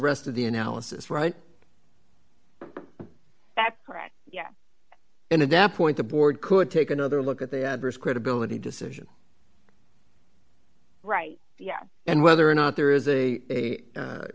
rest of the analysis right that correct yeah and in that point the board could take another look at the adverse credibility decision right yeah and whether or not there is a